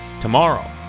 Tomorrow